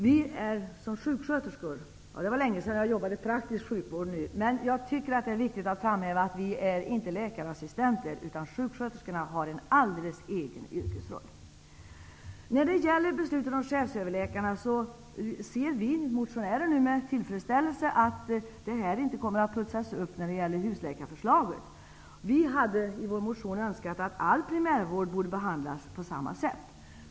Det är viktigt att framhäva att vi sjuksköterskor -- det är dock länge sedan jag själv jobbade i praktisk sjukvård -- inte är läkarassistenter. Sjuksköterskorna har en alldeles egen yrkesroll. Beträffande beslutet om chefsöverläkarna ser vi motionärer nu med tillfredsställelse att det här inte kommer att putsas upp när det gäller husläkarförslaget. Vi har i vår motion önskat att all primärvård skulle behandlas på samma sätt.